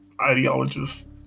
ideologists